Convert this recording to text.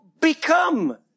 become